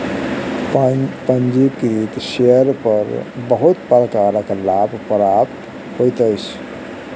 पंजीकृत शेयर पर बहुत प्रकारक लाभ प्राप्त होइत अछि